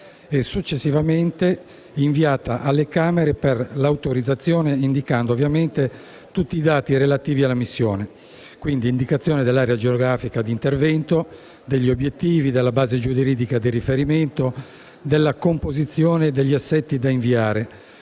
e successivamente inviata alle Camere per l'autorizzazione, indicando ovviamente tutti i dati relativi alla missione con la precisazione dell'area geografica d'intervento, degli obiettivi, della base giuridica di riferimento, della composizione degli assetti da inviare,